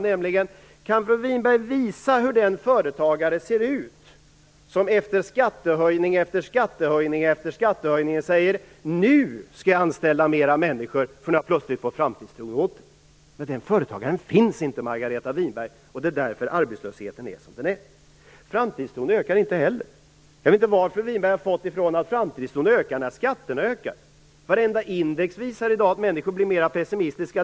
Kan fru Winberg visa hur den företagare ser ut som efter skattehöjning efter skattehöjning säger att han nu skall anställa fler människor därför att han plötsligt har fått framtidstron åter? Den företagaren finns inte, Margareta Winberg. Det är därför arbetslösheten är som den är. Framtidstron ökar inte heller. Jag vet inte var fru Winberg har fått det ifrån att framtidstron ökar när skatterna ökar. Varenda index visar i dag att människor blir mer pessimistiska.